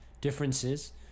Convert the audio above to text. differences